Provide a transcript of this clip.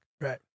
Right